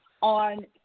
on